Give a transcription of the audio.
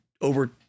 over